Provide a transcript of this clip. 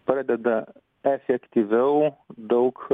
padeda efektyviau daug